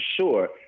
sure